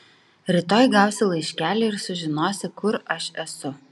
rytoj gausi laiškelį ir sužinosi kur aš esu